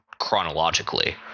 chronologically